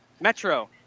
Metro